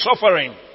suffering